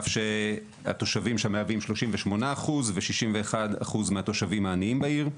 אף שהתושבים שם מהווים 38% ו-61% מהתושבים העניים בעיר.